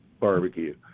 barbecue